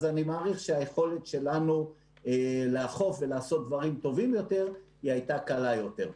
אני מעריך שהיכולת שלנו לאכוף ולעשות דברים טובים יותר הייתה קלה יותר.